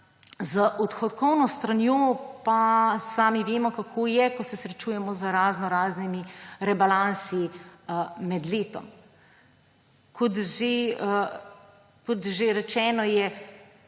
Z odhodkovno stranjo pa sami vemo, kako je, ko se srečujemo z raznoraznimi rebalansi med letom. Kot že rečeno, je